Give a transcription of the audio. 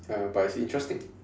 ya but it's interesting